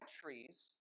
trees